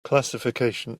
classification